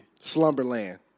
Slumberland